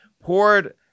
poured